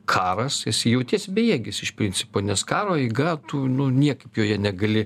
karas jautiesi bejėgis iš principo nes karo eiga tu nu niekaip joje negali